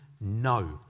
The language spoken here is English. No